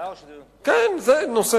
זה היה במסגרת של דיון כנסת בוועדת הכלכלה,